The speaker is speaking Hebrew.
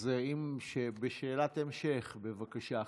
אז בשאלת המשך, בבקשה.